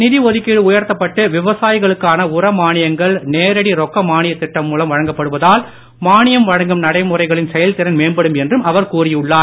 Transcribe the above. நிதி ஒதுக்கீடு உயர்த்தப்பட்டு விவசாயிகளுக்கான உர மானியங்கள் நேரடி ரொக்க மானியத் திட்டம் மூலம் வழங்கப்படுவதால் மானியம் வழங்கும் நடைமுறைகளின் செயல்திறன் மேம்படும் என்றும் அவர் கூறியுள்ளார்